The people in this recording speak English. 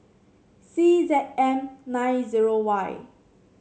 C Z M nine zero Y